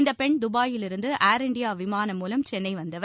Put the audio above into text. இந்த பெண் துபாயிலிருந்து ஏர் இண்டியா விமானம் மூலம் சென்னை வந்தவர்